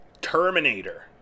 terminator